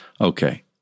Okay